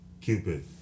Cupid